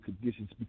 conditions